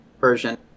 version